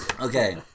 Okay